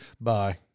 Bye